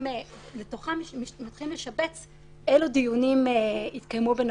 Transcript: שלתוכה מתחילים לשבץ אילו דיונים יתקיימו בנוכחות.